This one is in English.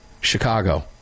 Chicago